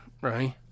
right